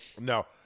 no